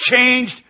changed